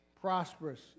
prosperous